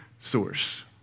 source